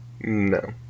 no